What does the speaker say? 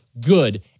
good